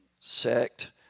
sect